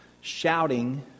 Shouting